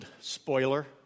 spoiler